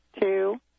two